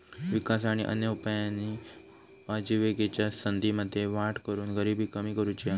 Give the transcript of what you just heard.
विकास आणि अन्य उपायांनी आजिविकेच्या संधींमध्ये वाढ करून गरिबी कमी करुची हा